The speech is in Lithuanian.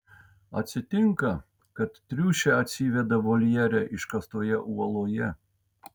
atsitinka kad triušė atsiveda voljere iškastoje uoloje